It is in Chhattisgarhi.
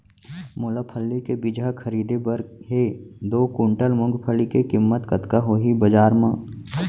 मोला फल्ली के बीजहा खरीदे बर हे दो कुंटल मूंगफली के किम्मत कतका होही बजार म?